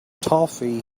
toffee